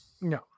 No